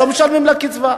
לא משלמים לה קצבה.